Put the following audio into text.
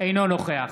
אינו נוכח